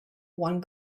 one